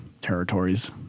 territories